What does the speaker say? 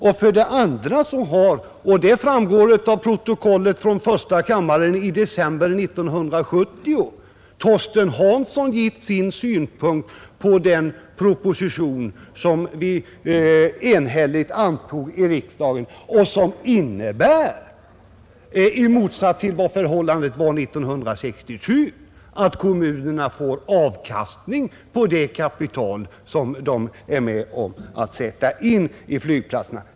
Och för det andra har — det framgår av protokollet från första kammaren i december 1970 — Torsten Hansson givit sin synpunkt på den proposition som vi enhälligt antog i riksdagen och som innebär, i motsats till vad förhållandet var 1967, att kommunerna får avkastning på det kapital som de är med om att sätta in i flygplatserna.